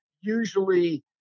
usually